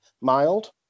mild